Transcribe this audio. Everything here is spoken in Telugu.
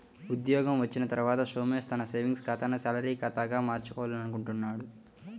ఉద్యోగం వచ్చిన తర్వాత సోమేష్ తన సేవింగ్స్ ఖాతాను శాలరీ ఖాతాగా మార్చుకోవాలనుకుంటున్నాడు